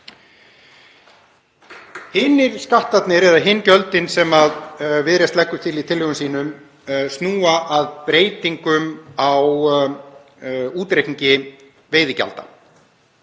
Hinir skattarnir eða hin gjöldin sem Viðreisn leggur til í tillögum sínum snúa að breytingum á útreikningi veiðigjalds.